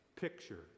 picture